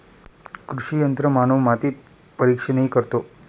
कृषी यंत्रमानव माती परीक्षणही करतो